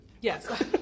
Yes